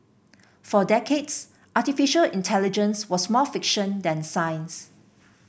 for decades artificial intelligence was more fiction than science